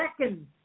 second